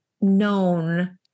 known